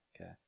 Okay